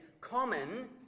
common